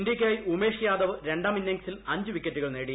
ഇന്ത്യയ്ക്കായി ഉമേഷ് യാദവ് ര ാം ഇന്നിംഗ്സിൽ അഞ്ചു വിക്കറ്റുകൾ നേടി